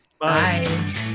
Bye